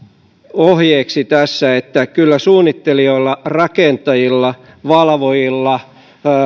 ohjeeksi tässä että kyllä suunnittelijoilla rakentajilla valvojilla